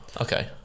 Okay